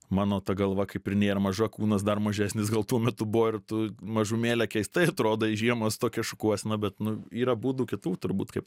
mano ta galva kaip ir nėra maža kūnas dar mažesnis gal tuo metu buvo ir tu mažumėle keistai atrodai žiema su tokia šukuosena bet nu yra būdų kitų turbūt kaip